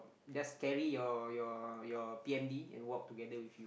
just carry your your your p_m_d and walk together with you